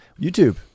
YouTube